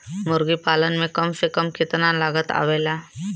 मुर्गी पालन में कम से कम कितना लागत आवेला?